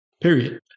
period